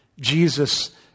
Jesus